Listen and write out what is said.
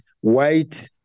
white